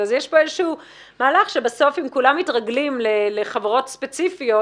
איזשהו מהלך שבסוף אם כולם מתרגלים לחברות ספציפיות,